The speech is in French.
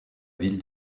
ville